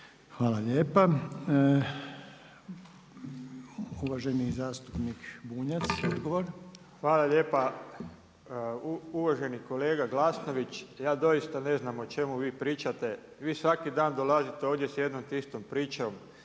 Hvala lijepa. Uvaženi zastupnik Bunjac, odgovor. **Bunjac, Branimir (Živi zid)** Hvala lijepa. Uvaženi kolega Glasnović, ja doista ne znam o čemu vi pričate. Vi svaki dan dolazite ovdje sa jednom te istom pričom,